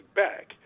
back